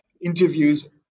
interviews